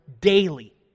daily